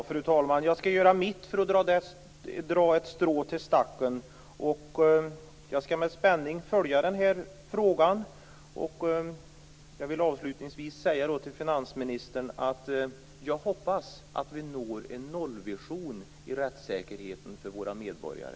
Fru talman! Jag skall göra mitt för att dra ett strå till stacken. Jag skall med spänning följa den här frågan. Jag vill avslutningsvis säga till finansministern att jag hoppas att vi når en nollvision i rättssäkerheten för våra medborgare.